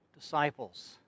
disciples